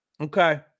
Okay